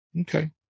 Okay